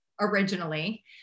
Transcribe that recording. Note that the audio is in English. originally